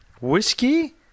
whiskey